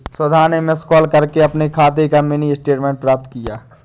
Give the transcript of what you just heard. सुधा ने miss call करके अपने खाते का मिनी स्टेटमेंट प्राप्त किया